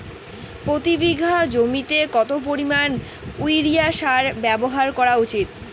প্রতি বিঘা জমিতে কত পরিমাণ ইউরিয়া সার ব্যবহার করা উচিৎ?